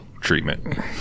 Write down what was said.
treatment